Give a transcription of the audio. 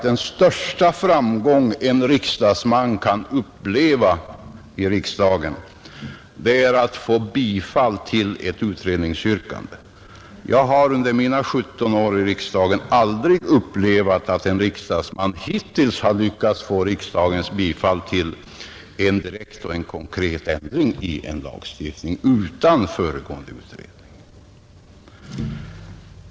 Den största framgång en riksdagsman kan uppleva i riksdagen är att få bifall till ett utredningsyrkande. Jag har under mina 17 år i riksdagen aldrig upplevt att en riksdagsman hittills lyckats få riksdagens bifall till en direkt och konkret ändring i en lagstiftning utan föregående utredning.